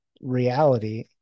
reality